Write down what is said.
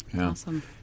Awesome